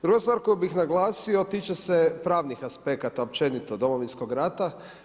Druga stvar koju bi naglasio a tiče se pravnih aspekata, općenito Domovinskog rata.